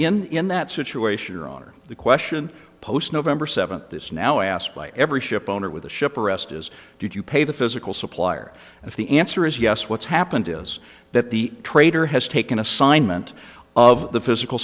and in that situation the question post november seventh this now asked by every ship owner with the ship arrest is did you pay the physical supplier if the answer is yes what's happened is that the trader has taken assignment of the physical